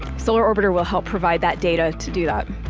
solar orbiter will help provide that data to do that.